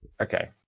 Okay